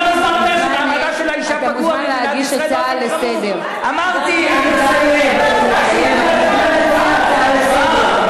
למה כל פעם שאני שואל על מעמד האישה ביהדות מסבירים לי שמעמדה מכובד,